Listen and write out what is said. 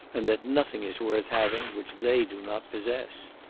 and that nothing is worth having, which they do not possess.